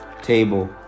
table